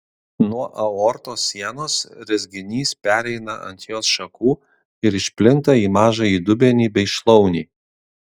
nuo aortos sienos rezginys pereina ant jos šakų ir išplinta į mažąjį dubenį bei šlaunį